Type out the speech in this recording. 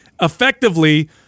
effectively